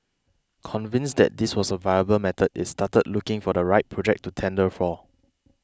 convinced that this was a viable method it started looking for the right project to tender for